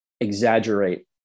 exaggerate